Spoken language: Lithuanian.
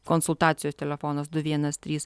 konsultacijos telefonas du vienas trys